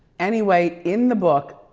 anyway in the book,